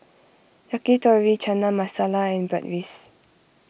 Yakitori Chana Masala and Bratwurst